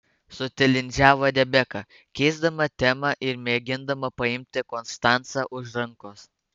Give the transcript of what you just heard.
sutilindžiavo rebeka keisdama temą ir mėgindama paimti konstancą už rankos